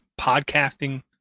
podcasting